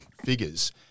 figures